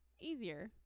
easier